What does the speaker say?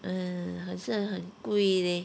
uh 很像很贵 leh